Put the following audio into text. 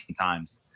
times